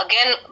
again